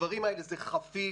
זה חפיף,